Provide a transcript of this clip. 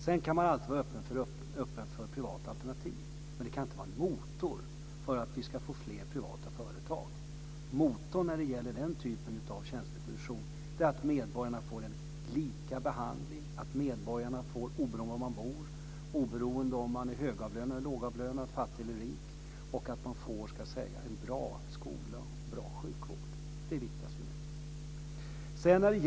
Sedan kan man alltid vara öppen för privata alternativ, men det kan inte vara en motor för att vi ska få fler företag. Motorn för den typen av tjänsteproduktion är att medborgarna får en lika behandling, oberoende av var de bor, oberoende av de är högavlönade eller lågavlönade, fattiga eller rika samt att de får en bra skola och bra sjukvård. Det är det viktigaste för mig.